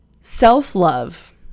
Self-love